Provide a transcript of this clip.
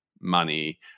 money